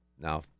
Now